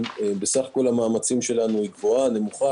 בסך כל המאמצים שלנו הוא גבוה או נמוך,